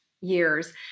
Years